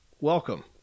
welcome